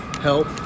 help